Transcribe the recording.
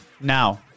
Now